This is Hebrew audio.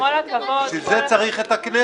בשביל זה צריך את הכנסת.